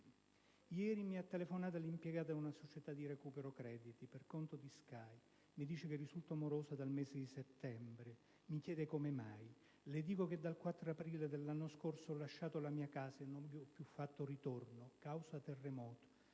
«Ieri mi ha telefonato l'impiegata di una società di recupero crediti, per conto di Sky. Mi dice che risulto morosa dal mese di settembre del 2009. Mi chiede come mai. Le dico che dal 4 aprile dello scorso anno ho lasciato la mia casa e non vi ho più fatto ritorno. Causa terremoto.